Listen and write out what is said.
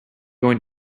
going